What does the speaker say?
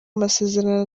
amasezerano